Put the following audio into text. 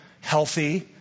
healthy